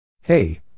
Hey